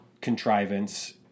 contrivance